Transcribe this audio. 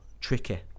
tricky